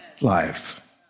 life